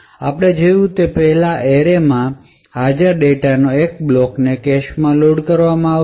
આમ આપણે જોયું તે પહેલાં એરેમાં હાજર ડેટાના એક બ્લોકને કેશ માં લોડ કરવામાં આવશે